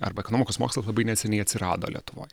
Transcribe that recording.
arba ekonomikos mokslas labai neseniai atsirado lietuvoj